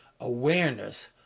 awareness